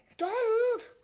donald!